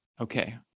Okay